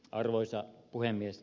arvoisa puhemies